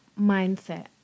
mindset